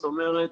זאת אומרת,